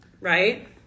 right